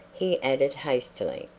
he added, hastily.